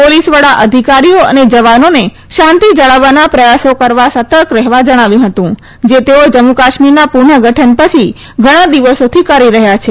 police વડો અધિકારીઓ અને જવાનોને શાંતિ જાળવવાના પ્રયાસો કરવા સતર્ક રહેવા જણાવ્યું હતું જે તેઓ જમ્મુ કાશ્મીરના પુનઃ ગઠન પછી ઘણા દિવસોથી કરી રહ્યા છે